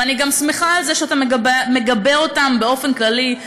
ואני גם שמחה על זה שאתה מגבה אותם באופן כללי.